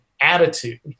attitude